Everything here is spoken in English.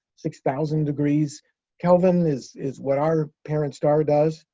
six thousand degrees kelvin is is what our parent star does.